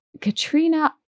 Katrina